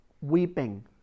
weeping